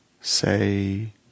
say